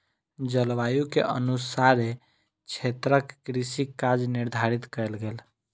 जलवायु के अनुसारे क्षेत्रक कृषि काज निर्धारित कयल गेल